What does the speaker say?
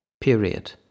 Period